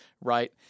right